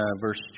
verse